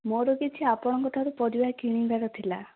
ମୋର କିଛି ଆପଣଙ୍କ ଠାରୁ ପରିବା କିଣିବାର ଥିଲା